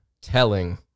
telling